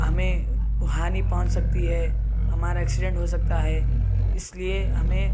ہمیں ہانی پہنچ سکتی ہے ہمارا ایکسیڈینٹ ہوسکتا ہے اس لیے ہمیں